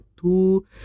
two